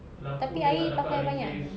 tapi air pakai banyak